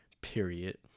period